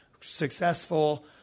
successful